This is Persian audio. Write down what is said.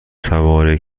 سوار